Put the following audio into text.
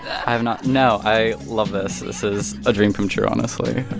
i have not no, i love this. this is a dream come true, honestly